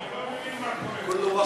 אני לא מבין מה קורה פה.